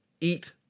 eat